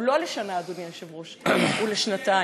הוא לא לשנה, אדוני היושב-ראש, הוא לשנתיים.